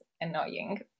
annoying